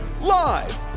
Live